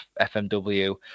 fmw